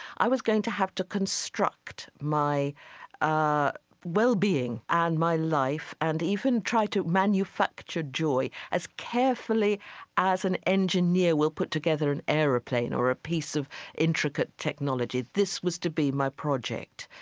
i was going to have to construct my ah well-being and my life, and even try to manufacture joy as carefully as an engineer will put together an airplane or a piece of intricate technology. this was to be my project,